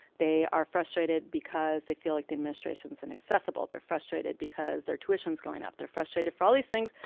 they are frustrated because they feel like the administrations inaccessible. they're frustrated because their tuition is going up. they're frustrated for all these things.